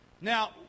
Now